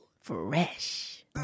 Fresh